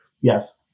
Yes